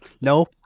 No